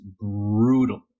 brutal